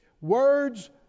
Words